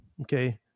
okay